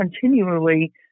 continually